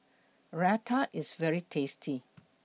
Raita IS very tasty